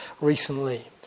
recently